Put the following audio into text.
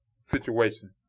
situation